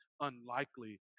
unlikely